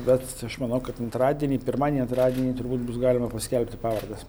bet aš manau kad antradienį pirmadienį antradienį turbūt bus galima paskelbti pavardes